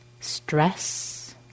stress